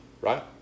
right